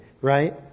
right